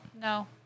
No